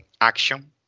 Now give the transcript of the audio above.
action